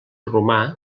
romà